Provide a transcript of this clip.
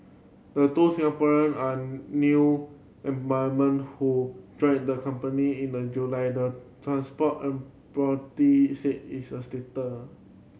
the two Singaporean are new employment who joined the company in the July the transport operator said is a stater